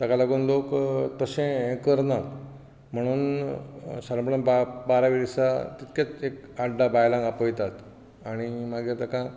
ताका लागून लोक तशें हें करना म्हणून सादारणपणान बारा बाराव्या दिसा तितकेत एक आठ धा बायलांक आपयतात आनी मागीर तेका